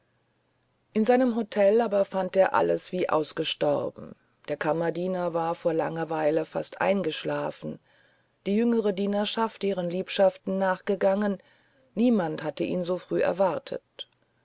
in seinem hotel aber fand er alles wie ausgestorben der kammerdiener war vor langeweile fast eingeschlafen die jüngere dienerschaft ihren liebschaften nachgegangen niemand hatte ihn so früh erwartet